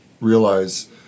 realize